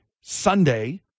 Sunday